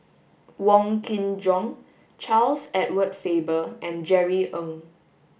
Wong Kin Jong Charles Edward Faber and Jerry Ng